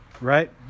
right